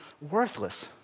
worthless